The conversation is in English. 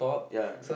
ya n~